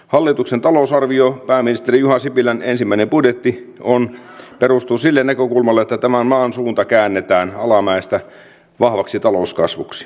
hallituksen talousarvio pääministeri juha sipilän ensimmäinen budjetti perustuu siihen näkökulmaan että tämän maan suunta käännetään alamäestä vahvaksi talouskasvuksi